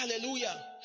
Hallelujah